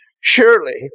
Surely